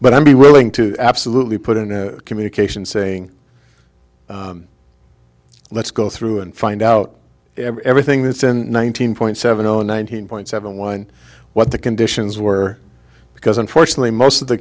but i'd be willing to absolutely put in a communication saying let's go through and find out everything that's in one thousand points seven zero nineteen point seven one what the conditions were because unfortunately most of the